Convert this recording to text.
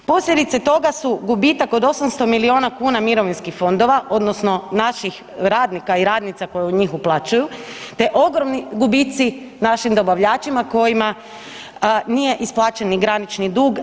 Posljedice toga su gubitak od 800 miliona kuna mirovinskih fondova odnosno naših radnika i radnica koji u njih uplaćuju te ogromni gubici našim dobavljačima kojima nije isplaćen ni granični dug.